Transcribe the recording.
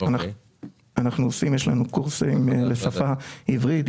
יש לנו קורסים לשפה העברית,